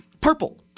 Purple